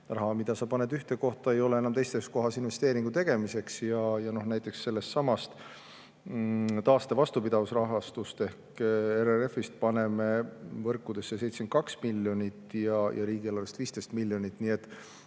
raha, mida sa paned ühte kohta, ei ole enam teises kohas investeeringu tegemiseks. Näiteks sellestsamast taaste- ja vastupidavusrahastust ehk RRF-ist paneme võrkudesse 72 miljonit ja riigieelarvest 15 miljonit. Nii et